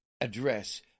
address